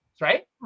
Right